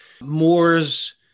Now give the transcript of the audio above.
Moore's